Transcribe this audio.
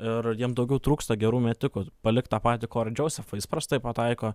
ir jiem daugiau trūksta gerų metikų palik tą patį korį džiausefą jis prastai pataiko